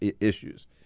issues